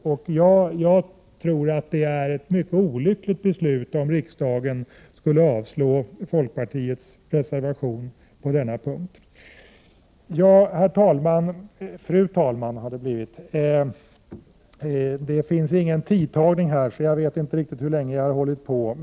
Det vore enligt min mening ett olyckligt beslut om riksdagen avslog folkpartiets reservation på denna punkt. Fru talman! Tidtagningsklockan i talarstolen är inte påsatt, så jag vet inte hur länge jag har pratat.